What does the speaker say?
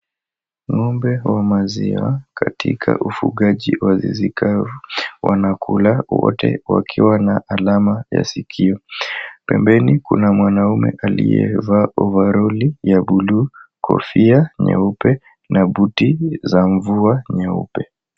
ng'ombe wa maziwa katika ufugaji wa zizi kavu wanakula wote wakiwa na alama ya sikio. Pembeni kuna mwanume aliyevaa ovaroli ya buluu, kofia nyeupe na buti za mvua nyeupe.